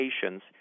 patients